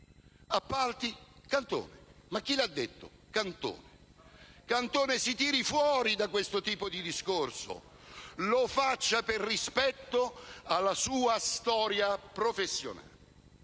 c'era Cantone e per gli appalti c'è Cantone. Cantone si tiri fuori da questo tipo di discorso. Lo faccia per rispetto alla sua storia professionale.